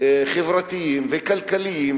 חברתיים וכלכליים,